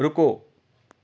ਰੁਕੋ